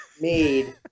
made